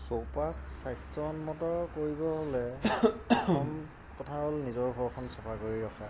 চৌপাশ স্বাস্থ্যসন্মত কৰিব হ'লে প্ৰথম কথা হ'ল নিজৰ ঘৰখন চফা কৰি ৰখা